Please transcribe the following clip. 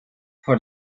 for